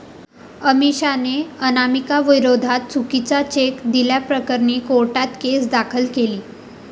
अमिषाने अनामिकाविरोधात चुकीचा चेक दिल्याप्रकरणी कोर्टात केस दाखल केली